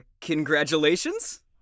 congratulations